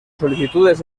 solicitudes